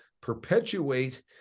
perpetuate